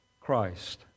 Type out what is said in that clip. Christ